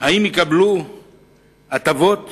אם יקבלו הטבות